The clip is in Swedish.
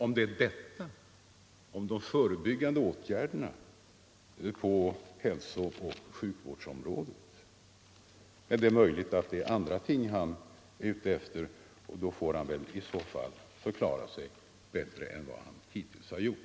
Men det är möjligt att det är andra ting han syftar på, och i så fall får han väl förklara sig bättre än vad han hittills har gjort.